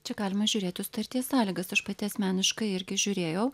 čia galima žiūrėti sutarties sąlygas aš pati asmeniškai irgi žiūrėjau